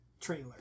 trailer